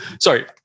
sorry